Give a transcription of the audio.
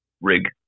rig